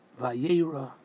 Vayera